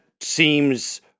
seems